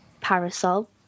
parasol